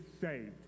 saved